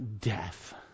death